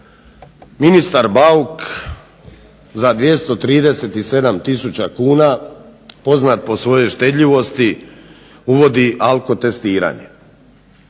ministar Bauk za 237000 kuna, poznat po svojoj štedljivosti, uvodi alkotestiranje